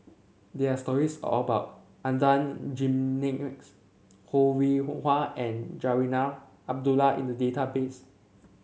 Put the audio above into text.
there are stories about Adan Jimenez Ho Rih Hwa and Zarinah Abdullah in the database